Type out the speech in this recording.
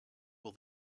will